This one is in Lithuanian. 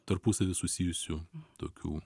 tarpusavy susijusių tokių